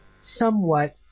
somewhat